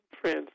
friends